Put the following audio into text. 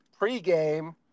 pregame